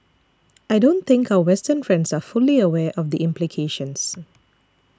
I don't think our Western friends are fully aware of the implications